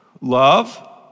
Love